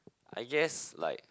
I guess like